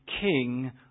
king